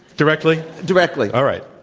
directly? directly. all right.